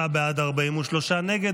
59 בעד, 43 נגד.